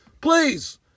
Please